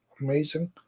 amazing